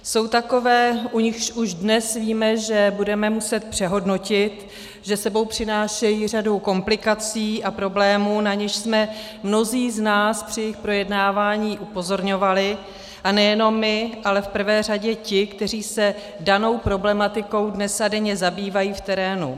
Jsou takové, u nichž už dnes víme, že je budeme muset přehodnotit, že s sebou přinášejí řadu komplikací a problémů, na něž jsme mnozí z nás při jejich projednávání upozorňovali, a nejenom my, ale v prvé řadě ti, kteří se danou problematikou dnes a denně zabývají v terénu.